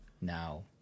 now